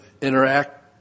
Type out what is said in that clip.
interact